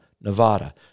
Nevada